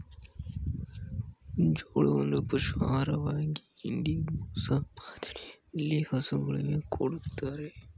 ಜೋಳವನ್ನು ಪಶು ಆಹಾರವಾಗಿ ಇಂಡಿ, ಬೂಸ ಮಾದರಿಯಲ್ಲಿ ಹಸುಗಳಿಗೆ ಕೊಡತ್ತರೆ